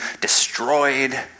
destroyed